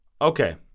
Okay